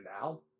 now